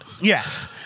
Yes